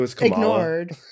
ignored